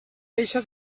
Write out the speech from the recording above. deixa